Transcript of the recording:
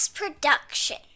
production